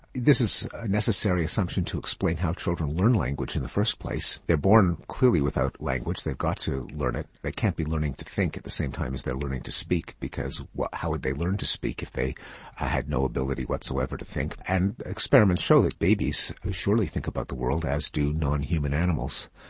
this is a necessary assumption to explain how children learn language in the first place. they're born, clearly, without language, they've got to learn it, they can't be learning to think at the same time as they're learning to speak because how would they learn to speak if they had no ability whatsoever to think? and experiments show that babies surely think about the world, as do non-human animals.